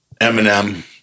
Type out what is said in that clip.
Eminem